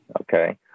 Okay